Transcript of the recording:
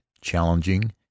challenging